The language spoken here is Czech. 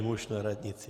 Muž na radnici.